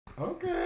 Okay